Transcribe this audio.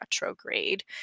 retrograde